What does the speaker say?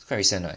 quite recent [what]